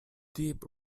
dip